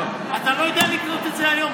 אתה לא יודע לקנות את זה היום.